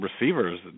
receivers